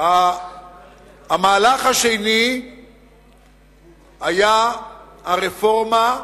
המהלך השני היה הרפורמה,